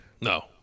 No